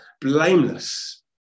blameless